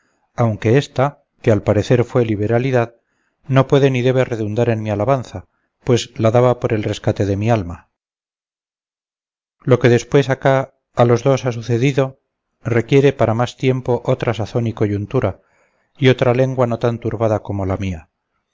se os habrá caído de la memoria la diligencia que yo puse en procurar su libertad pues olvidándome del mío ofrecí por su rescate toda mi hacienda aunque ésta que al parecer fue liberalidad no puede ni debe redundar en mi alabanza pues la daba por el rescate de mi alma lo que después acá a los dos ha sucedido requiere para más tiempo otra sazón y coyuntura y otra lengua no tan turbada como la mía